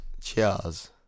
Cheers